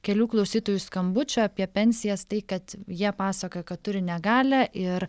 kelių klausytojų skambučių apie pensijas tai kad jie pasakoja kad turi negalią ir